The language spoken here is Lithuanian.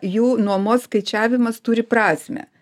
jų nuomos skaičiavimas turi prasmę